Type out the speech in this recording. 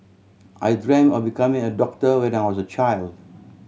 I dreamt of becoming a doctor when I was a child